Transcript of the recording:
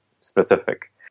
specific